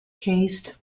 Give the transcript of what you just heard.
caste